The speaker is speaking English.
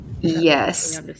Yes